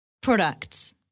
Products